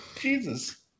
jesus